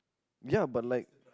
ya but like